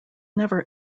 never